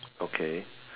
okay